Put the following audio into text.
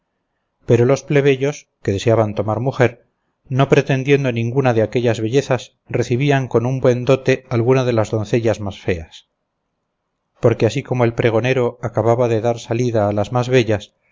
pero los plebeyos que deseaban tomar mujer no pretendiendo ninguna de aquellas bellezas recibían con un buen dote alguna de las doncellas más feas porque así como el pregonero acababa de dar salida a las más bellas